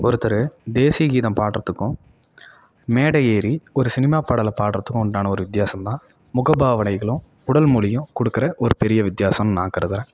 ஒருத்தர் தேசிய கீதம் பாடுறத்துக்கும் மேடை ஏறி ஒரு சினிமா பாடல பாடுறத்துக்கும் உண்டான ஒரு வித்தியாசம்தான் முக பாவனைகளும் உடல் மொழியும் கொடுக்குற ஒரு பெரிய வித்தியாசன்னு நான் கருதுகிறேன்